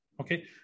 okay